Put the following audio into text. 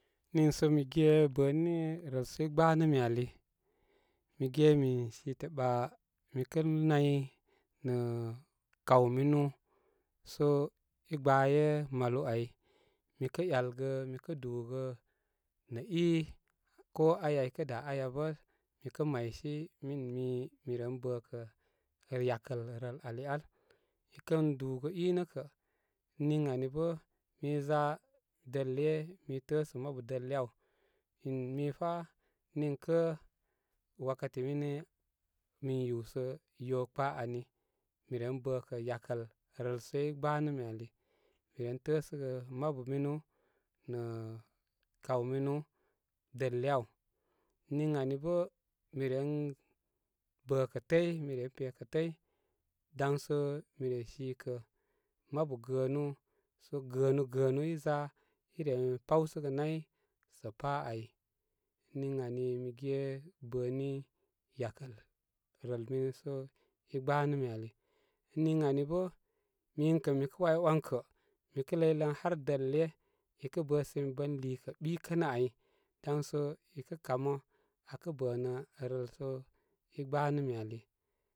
Niisə mike bənə rəl sə i gbaa ni mi ali. Mi ge min site ɓa mikə nay nə kaw minu so i gbaaye malu ai mi kə yalgə mi kə dúgə nə i ko aya ida aya bə ikə maysi min mii miren bə kə yakəl rəl ali al ikən dúgə inə kə, niŋ ani bə minza dəl iyə mi təəsə mabu dəl iyə aw, min mii fa niŋkə wakati mini min yúsə yo kpaa ani miren bəkə yakəl rəl sə i gbaani mi ali miren təəsə gə mabu minu nə kawminu dəl iyə aw niŋ anibə mi ren bə kə təy-mi ren pekə təy danso mi re sikə mabu gəənu sə gəənu, gəənu i za ire mi pawsəgə nay sə pa ai niŋ ani mi ge bəni yakəl rəl mini sə i gbaa nə mi ali ən niŋ ani bə minkə mikə waywan kə mikə ləy lən har dəl iyə ikə bəsimi bən liikə ɓikənə ai danso mi kə kamə aa kə bənə vəl so i gbaanə mi ali.